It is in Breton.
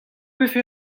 vefe